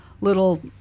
little